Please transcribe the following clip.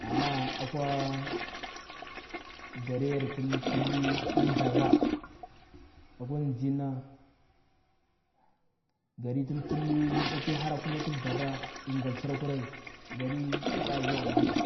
Ana akwar gariyere tu mdu pilli na thajarra akwai ndzenna kari tu mda pilli ti hara ti khi thjarra ei suɗa zuwa mkr